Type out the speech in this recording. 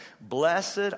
Blessed